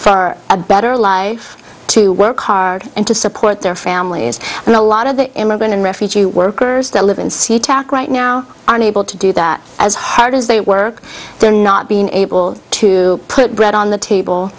for a better life to work hard and to support their families and a lot of the immigrant and refugee workers that live in sea tac right now are unable to do that as hard as they work they're not being able to put bread on the table